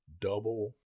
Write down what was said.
double